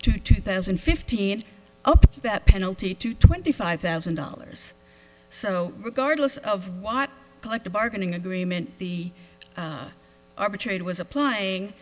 to two thousand and fifteen the penalty to twenty five thousand dollars so regardless of what collective bargaining agreement the arbitrator was applying